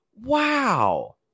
Wow